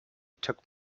took